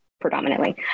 predominantly